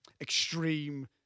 extreme